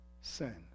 sin